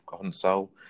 console